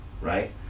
right